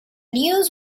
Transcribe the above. news